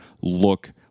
look